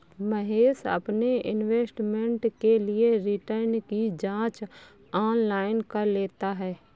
महेश अपने इन्वेस्टमेंट के लिए रिटर्न की जांच ऑनलाइन कर लेता है